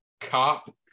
cop